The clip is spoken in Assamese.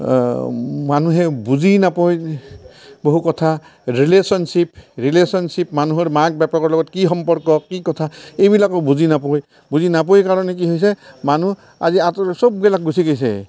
মানুহে বুজি নাপায় বহু কথা ৰিলেশ্যনশ্বিপ ৰিলেশ্যনশ্বিপ মানুহৰ মাক বাপেকৰ লগত কি সম্পৰ্ক কি কথা এইবিলাকো বুজি নাপায় বুজি নাপায় কাৰণে কি হৈছে মানুহ আজি আঁতৰ চববিলাক গুচি গৈছে